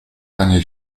panie